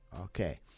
Okay